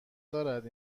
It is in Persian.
دارد